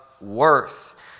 worth